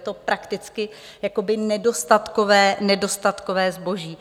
Je to prakticky jakoby nedostatkové, nedostatkové zboží.